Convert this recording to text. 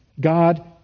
God